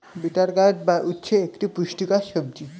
bitter gourd বা উচ্ছে একটি পুষ্টিকর সবজি